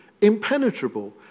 impenetrable